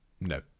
No